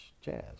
jazz